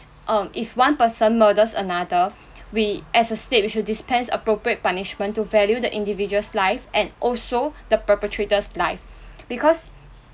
um if one person murders another we as a state we shall dispense appropriate punishment to value the individual's life and also the perpetrator's life because